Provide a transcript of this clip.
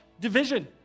division